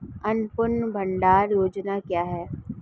अन्नपूर्णा भंडार योजना क्या है?